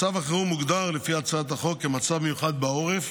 מצב החירום מוגדר לפי הצעת החוק כמצב מיוחד בעורף,